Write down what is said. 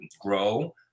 grow